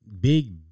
Big